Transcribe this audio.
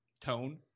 tone